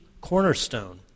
cornerstone